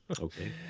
okay